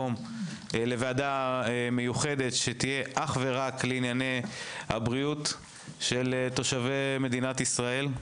שתייחד את דיוניה אך ורק לענייני הבריאות של תושבי מדינת ישראל.